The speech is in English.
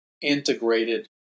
integrated